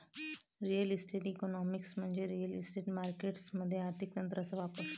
real estate economics म्हणजे real estate markets मध्ये आर्थिक तंत्रांचा वापर